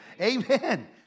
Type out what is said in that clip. amen